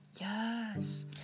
Yes